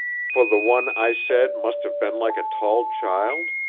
for the one i said must have been like a tall child?